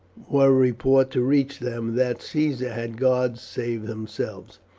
were report to reach them that caesar had guards save themselves.